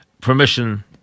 permission